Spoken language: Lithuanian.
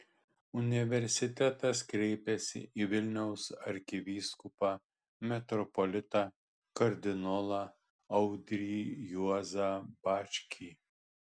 universitetas kreipėsi į vilniaus arkivyskupą metropolitą kardinolą audrį juozą bačkį